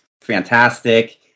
fantastic